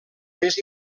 més